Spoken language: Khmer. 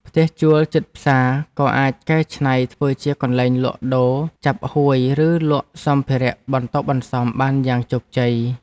ផ្ទះជួលជិតផ្សារអាចកែច្នៃធ្វើជាកន្លែងលក់ដូរចាប់ហួយឬលក់សម្ភារៈបន្ទាប់បន្សំបានយ៉ាងជោគជ័យ។